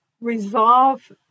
resolve